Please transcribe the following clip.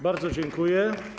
Bardzo dziękuję.